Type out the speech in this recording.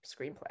screenplay